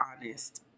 honest